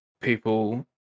People